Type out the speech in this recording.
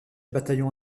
bataillon